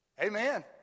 Amen